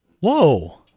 Whoa